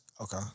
Okay